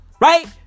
Right